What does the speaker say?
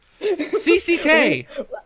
CCK